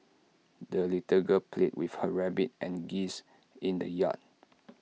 the little girl played with her rabbit and geese in the yard